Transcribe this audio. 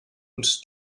und